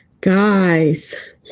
guys